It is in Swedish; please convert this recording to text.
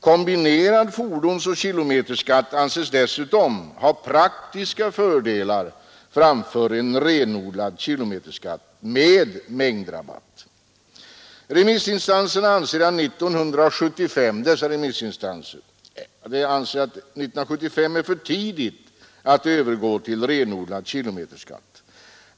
Kombinerad fordonsoch kilometerskatt anses dessutom ha praktiska fördelar framför en renodlad kilometerskatt med mängdrabatt. Dessa remissinstanser anser att 1975 är för tidigt att övergå till renodlad kilometerskatt.